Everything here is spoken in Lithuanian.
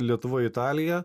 lietuva italija